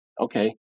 okay